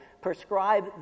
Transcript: Prescribe